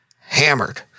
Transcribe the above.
hammered